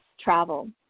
travel